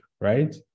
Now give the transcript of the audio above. right